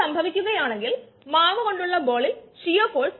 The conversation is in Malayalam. K1 വളരെ ഉയർന്ന സന്തുലിത റിയാക്ഷൻ ആണ്